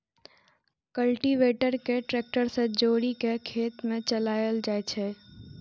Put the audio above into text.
cultivator कें tractor सं जोड़ि कें खेत मे चलाएल जाइ छै